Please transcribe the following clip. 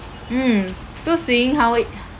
mm so seeing how it